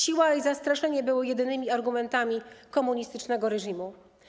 Siła i zastraszenie były jedynymi argumentami komunistycznego reżimu.